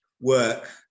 work